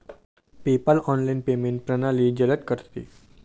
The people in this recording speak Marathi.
पेपाल ऑनलाइन पेमेंट प्रणाली जलद करते